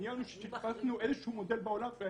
חיפשנו מודל בעולם.